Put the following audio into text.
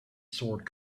sword